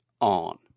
on